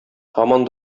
һаман